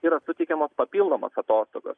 yra suteikiamos papildomos atostogos